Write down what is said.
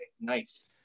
Nice